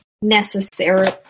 necessary